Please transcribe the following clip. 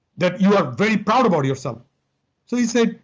that you are very proud about yourself so he said,